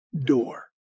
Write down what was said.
door